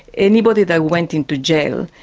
anybody that went into jail,